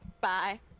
bye